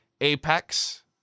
Apex